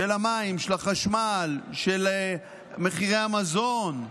של המים, של החשמל, של מחירי המזון,